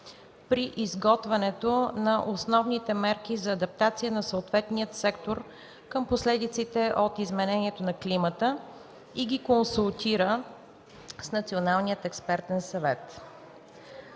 при изготвянето на основните мерки за адаптация на съответния сектор към последиците от изменението на климата и ги консултира с Националния експертен съвет.